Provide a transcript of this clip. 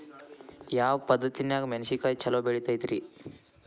ಯಾವ ಪದ್ಧತಿನ್ಯಾಗ ಮೆಣಿಸಿನಕಾಯಿ ಛಲೋ ಬೆಳಿತೈತ್ರೇ?